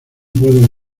puedo